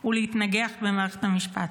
הוא להתנגח במערכת המשפט.